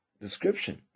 description